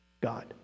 God